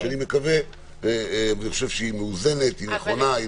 שאני מקווה וחושב שהיא מאוזנת ונכונה.